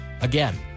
Again